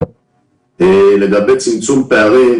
לגבי צמצום פערים,